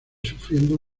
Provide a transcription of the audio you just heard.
sufriendo